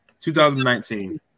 2019